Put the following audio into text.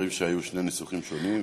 אז אומרים שהיו שני ניסוחים שונים,